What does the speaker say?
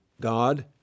God